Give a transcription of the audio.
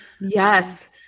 Yes